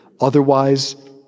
Otherwise